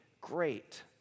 great